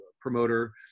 promoter